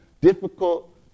difficult